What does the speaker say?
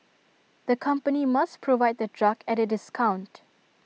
the company must provide the drug at A discount